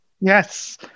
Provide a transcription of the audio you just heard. Yes